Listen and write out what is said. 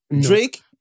Drake